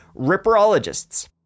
ripperologists